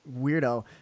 weirdo